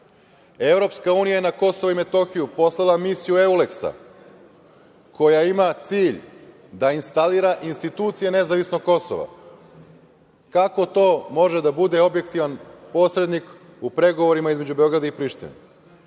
Evropska unija je na Kosovo i Metohiju poslala misiju Euleksa koja ima cilj da instalira institucije nezavisnog Kosova. Kako to može da bude objektivan posrednik u pregovorima između Beograda i Prištine?